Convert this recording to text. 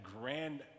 grand